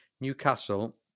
Newcastle